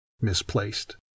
Misplaced